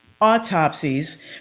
autopsies